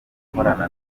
gukorana